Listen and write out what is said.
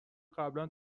قبلا